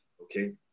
okay